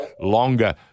longer